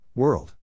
World